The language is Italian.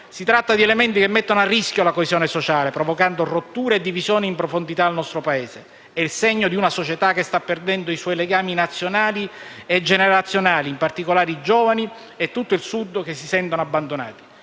Si tratta di elementi che mettono a rischio la coesione sociale, provocando rotture e divisioni in profondità al nostro Paese. È il segno di una società che sta perdendo i suoi legami nazionali e generazionali, in particolare i giovani e tutto il Sud che si sentono abbandonati.